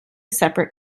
separate